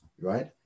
right